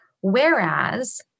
whereas